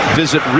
visit